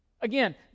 Again